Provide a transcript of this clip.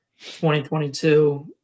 2022